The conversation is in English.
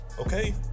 Okay